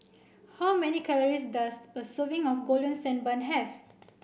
how many calories does a serving of golden sand bun have